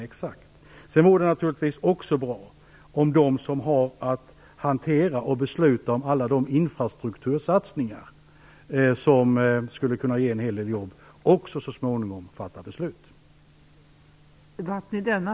Det vore naturligtvis också bra om de som har att hantera alla de infrastruktursatsningar som skulle kunna ge en hel del jobb så småningom fattar beslut om dessa satsningar.